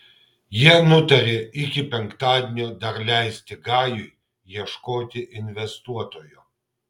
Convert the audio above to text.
jie nutarė iki penktadienio dar leisti gajui ieškoti investuotojo